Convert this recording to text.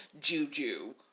juju